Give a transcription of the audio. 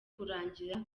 kuragira